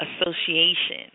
Association